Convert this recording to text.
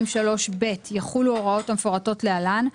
(א2)(3)(ב) יחולו ההוראות המפורטות להלן: